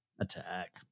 Attack